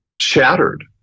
shattered